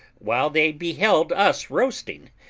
while they beheld us roasting,